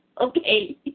Okay